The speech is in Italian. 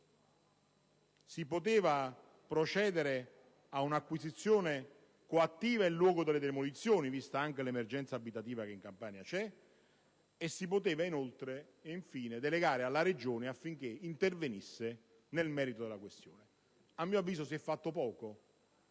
si poteva procedere ad un'acquisizione coattiva in luogo delle demolizioni, vista anche l'emergenza abitativa della Campania; si poteva infine delegare la Regione affinché intervenisse nel merito della questione. A mio avviso, si è fatto poco,